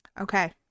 Okay